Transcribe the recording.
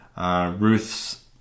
Ruth's